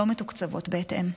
זה לא מתוקצב בהתאם.